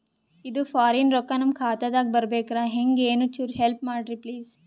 ಇದು ಫಾರಿನ ರೊಕ್ಕ ನಮ್ಮ ಖಾತಾ ದಾಗ ಬರಬೆಕ್ರ, ಹೆಂಗ ಏನು ಚುರು ಹೆಲ್ಪ ಮಾಡ್ರಿ ಪ್ಲಿಸ?